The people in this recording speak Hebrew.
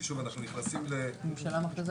כי, שוב, אנחנו נכנסים ל --- הממשלה מכריזה?